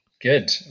Good